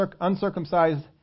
uncircumcised